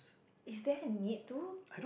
is there a need to